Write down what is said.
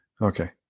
Okay